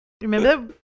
remember